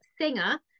singer